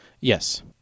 Yes